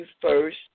first